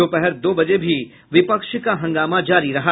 दोपहर दो बजे भी विपक्ष का हंगामा जारी रहा